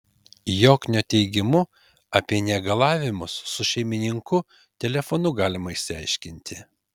joknio teigimu apie negalavimus su šeimininku telefonu galima išsiaiškinti